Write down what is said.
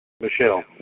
Michelle